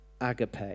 agape